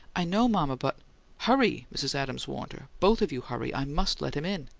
i know, mama. but hurry! mrs. adams warned her. both of you hurry! i must let him in!